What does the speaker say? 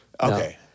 Okay